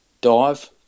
dive